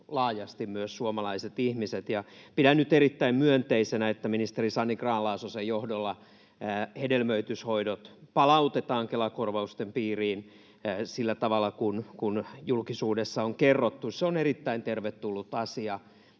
laajasti myös suomalaiset ihmiset. Pidän nyt erittäin myönteisenä, että ministeri Sanni Grahn-Laasosen johdolla hedelmöityshoidot palautetaan Kela-korvausten piiriin sillä tavalla kuin julkisuudessa on kerrottu. Se on erittäin tervetullut asia,